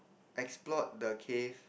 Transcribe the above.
export the cave